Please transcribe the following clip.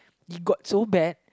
it got so bad